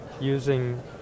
Using